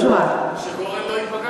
התיקון לחוק שאני מביאה